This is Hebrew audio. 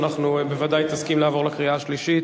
בוודאי תסכים לעבור לקריאה השלישית.